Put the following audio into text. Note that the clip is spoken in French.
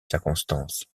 circonstances